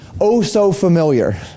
oh-so-familiar